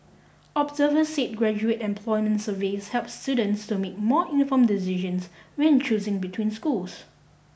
observers said graduate employment surveys help students to make more informed decisions when choosing between schools